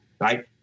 right